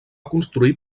construir